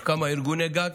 ויש כמה ארגוני גג,